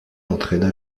entraîna